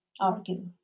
argue